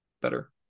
better